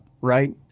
right